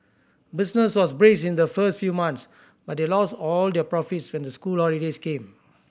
business was brisk in the first few months but they lost all their profits when the school holidays came